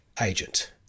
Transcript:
agent